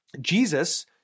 Jesus